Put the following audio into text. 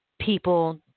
people